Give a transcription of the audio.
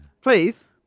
Please